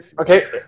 Okay